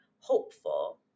hopeful